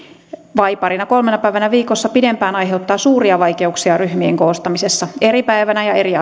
vai parina kolmena päivänä viikossa pidempään aiheuttaa suuria vaikeuksia ryhmien koostamisessa eri päivinä ja eri